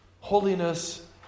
holiness